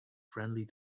friendly